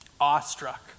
awestruck